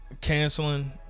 canceling